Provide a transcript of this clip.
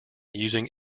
using